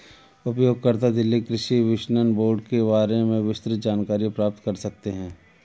उपयोगकर्ता दिल्ली कृषि विपणन बोर्ड के बारे में विस्तृत जानकारी प्राप्त कर सकते है